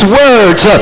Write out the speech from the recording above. words